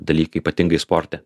dalykai ypatingai sporte